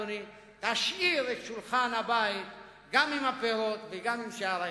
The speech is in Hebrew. אדוני: תשאיר את שולחן הבית גם עם הפירות וגם עם שאר הירקות.